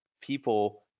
people